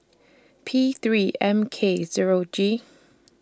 P three M K Zero G